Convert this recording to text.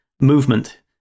movement